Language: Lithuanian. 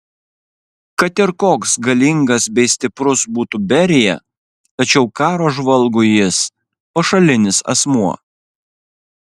kad ir koks galingas bei stiprus būtų berija tačiau karo žvalgui jis pašalinis asmuo